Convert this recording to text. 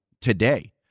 today